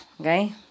Okay